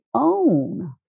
own